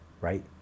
right